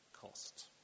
cost